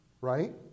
right